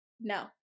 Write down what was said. No